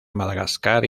madagascar